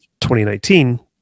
2019